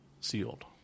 Sealed